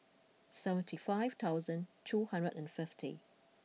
seventy five thousand two hundred and fifty